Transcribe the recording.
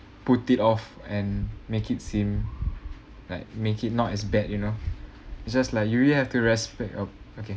put it off and make it seem like make it not as bad you know it's just like you you have to respect ah okay